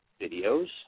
videos